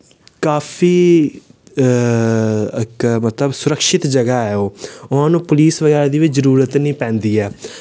काफी इक मतलब सुरखत जगह ऐ ओह् ओह् पुलस बगैरा दी बी जरूरत नि पैंदी ऐ